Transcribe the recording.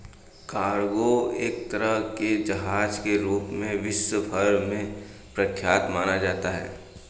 cargo एक तरह के जहाज के रूप में विश्व भर में प्रख्यात माना जाता है